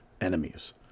enemies